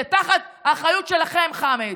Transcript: זה תחת האחריות שלכם, חמד,